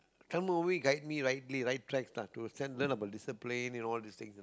Tamil movie guide me rightly right tracks lah to send learn about discipline and all these things